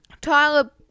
Tyler